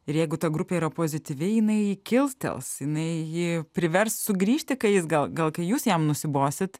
ir jeigu ta grupė yra pozityvi jinai jį kilstels jinai jį privers sugrįžti kai jis gal gal kai jūs jam nusibosit